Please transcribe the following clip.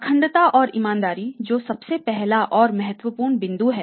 अखंडता और ईमानदारी जो सबसे पहला और महत्वपूर्ण बिंदु है